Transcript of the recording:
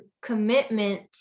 commitment